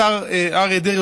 השר אריה דרעי,